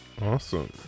Awesome